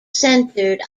centered